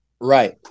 Right